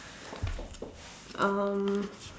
um